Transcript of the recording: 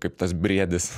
kaip tas briedis